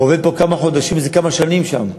הוא עובד פה כמה חודשים, זה כמה שנים שם.